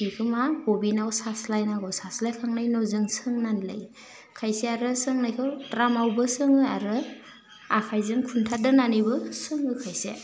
बेखौ मा बबिनाव सास्लायनांगौ सास्लायखांनायनि उनाव जों सोंनानै लायो खायसेया आरो सोंनायखौ द्रामावबो सोङो आरो आखाइजों खुन्था दोनानैबो सोङो खायसे